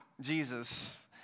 Jesus